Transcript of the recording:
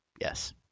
Yes